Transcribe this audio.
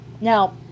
Now